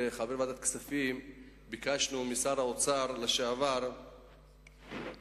כחברי ועדת הכספים ביקשנו משר האוצר לשעבר שייערך